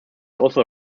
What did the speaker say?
also